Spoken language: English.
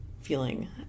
Feeling